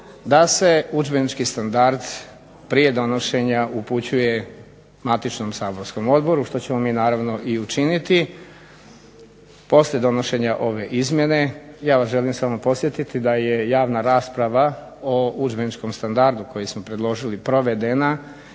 da se udžbenički standard prije donošenja upućuje matičnom saborskom odboru što ćemo mi naravno učiniti poslije donošenja ove izmjene, ja vas želim samo podsjetiti da je javna rasprava o udžbeničkom standardu koji smo predložili provedena